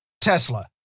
Tesla